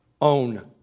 own